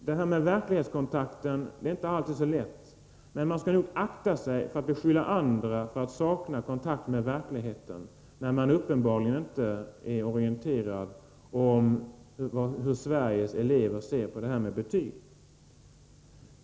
Det här med verklighetskontakten är inte alltid så lätt, men man skall nog akta sig för att beskylla andra för att sakna kontakt med verkligheten när man uppenbarligen inte är orienterad om hur Sveriges elever ser på betygen.